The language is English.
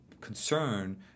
concern